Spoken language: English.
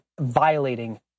violating